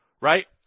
Right